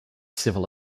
civil